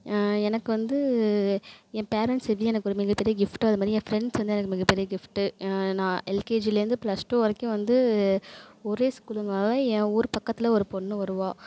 எனக்கு வந்து என் பேரன்ட்ஸ் எப்படி எனக்கு ஒரு மிகப்பெரிய கிஃப்ட்டோ அதே மாதிரி என் ஃப்ரெண்ட்ஸ் வந்து எனக்கு மிகப்பெரிய கிஃப்ட்டு நான் எல்கேஜிலருந்து பிளஸ் டூ வரைக்கும் வந்து ஒரே ஸ்கூலுங்கிறதுனால என் ஊர் பக்கத்தில் ஒரு பொண்ணு வருவா